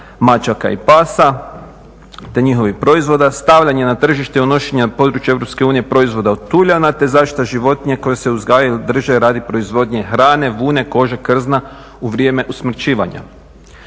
mačaka i pasa, te njihovih proizvoda. Stavljanje na tržište i unošenja na područje EU proizvoda od tuljana, te zaštita životinja koje se uzgajaju i drže radi proizvodnje hrane, vune, kože, krzna u vrijeme usmrćivanja.